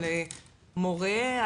על מורה,